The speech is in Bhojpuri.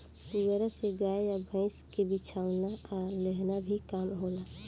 पुआरा से गाय आ भईस के बिछवाना आ लेहन के भी काम होला